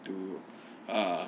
to err